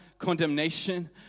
condemnation